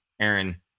Aaron